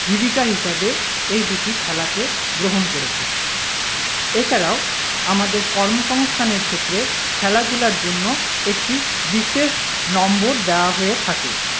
জীবিকা হিসাবে এই দুটি খেলাকে গ্রহণ করেছে এছাড়াও আমাদের কর্মসংস্থানের ক্ষেত্রে খেলাধুলার জন্য একটি বিশেষ নম্বর দেওয়া হয়ে থাকে